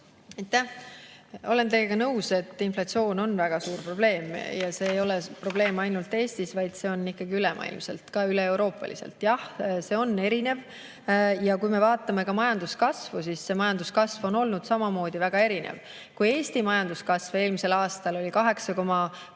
Olen teiega nõus, et inflatsioon on väga suur probleem. See ei ole probleem ainult Eestis, vaid see on [probleem] ikkagi ülemaailmselt, ka üleeuroopaliselt. Jah, see on erinev. Kui me vaatame majanduskasvu, siis majanduskasv on olnud samamoodi väga erinev. Kui Eesti majanduskasv eelmisel aastal oli 8,3%,